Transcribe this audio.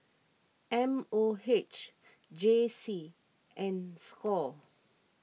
M O H J C and Score